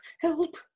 Help